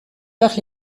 par